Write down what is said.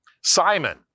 Simon